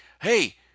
hey